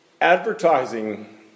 advertising